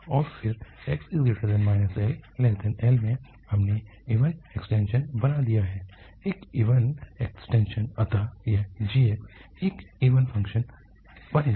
और फिर LxL में हमने इवन इक्स्टेन्शन बना दिया है एक इवन इक्स्टेन्शन अतः यह g एक इवन फ़ंक्शन बन गया